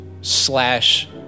slash